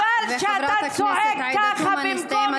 חברת הכנסת עאידה תומא סלימאן, הזמן הסתיים.